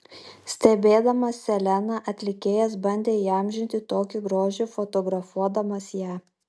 stebėdamas seleną atlikėjas bandė įamžinti tokį grožį fotografuodamas ją